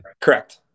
Correct